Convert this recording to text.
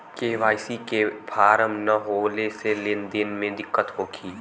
KYC के form न होले से लेन देन में दिक्कत होखी?